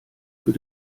für